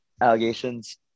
allegations